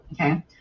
okay